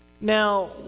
Now